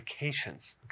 medications